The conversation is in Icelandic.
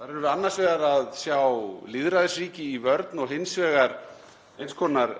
Þar erum við annars vegar að sjá lýðræðisríki í vörn og hins vegar eins konar